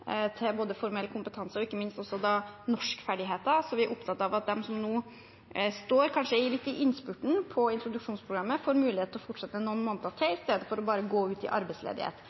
både formell kompetanse og ikke minst norskferdigheter, så vi er opptatt av at de som nå kanskje står litt i innspurten av introduksjonsprogrammet, får mulighet til å fortsette noen måneder til i stedet for bare å gå ut i arbeidsledighet.